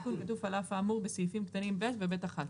התיקון כתוב: על אף האמור בסעיפים קטנים (ב) ו-(ב1).